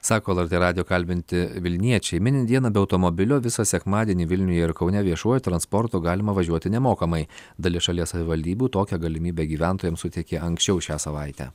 sako lrt radijo kalbinti vilniečiai minint dieną be automobilio visą sekmadienį vilniuje ir kaune viešuoju transportu galima važiuoti nemokamai dalis šalies savivaldybių tokią galimybę gyventojams suteikė anksčiau šią savaitę